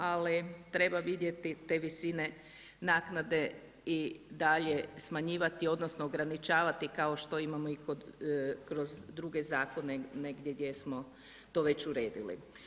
Ali treba vidjeti te visine naknade i dalje smanjivati, odnosno ograničavati kao što imamo i kroz druge zakone negdje gdje smo to već uredili.